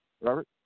Robert